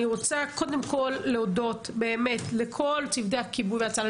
אני רוצה קודם כל להודות באמת לכל צוותי הכיבוי וההצלה,